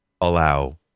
allow